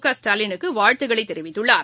கஸ்டாலினுக்கு வாழ்த்துக்களை தெரிவித்துள்ளார்